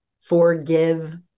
forgive